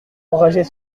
enrager